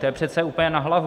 To je přece úplně na hlavu.